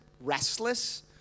restless